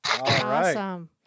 Awesome